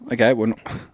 Okay